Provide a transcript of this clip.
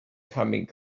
coming